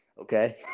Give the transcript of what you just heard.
Okay